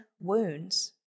wounds